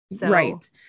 Right